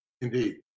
indeed